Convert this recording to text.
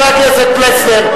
חבר הכנסת פלסנר,